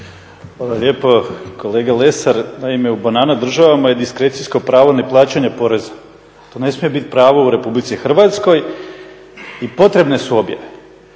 Hvala lijepo. Kolega Lesar, naime u banana država je diskrecijsko pravo neplaćanja poreza. To ne smije biti pravo u Republici Hrvatskoj i potrebne su objave,